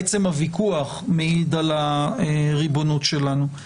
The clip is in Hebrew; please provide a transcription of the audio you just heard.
עצם הוויכוח מעיד על הריבונות שלנו.